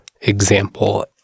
example